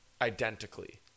identically